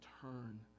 turn